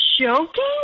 joking